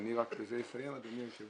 אני רק בזה אסיים, אדוני היושב-ראש,